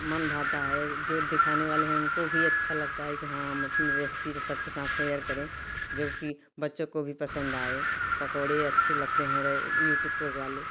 मन भाता है जो दिखाने वाले हैं उनको भी अच्छा लगता है कि हाँ हम अपनी रेसिपी सबके साथ सेयर करें जो कि बच्चों को भी पसंद आए पकौड़े अच्छे लगते हैं यूट्यूब पर वाले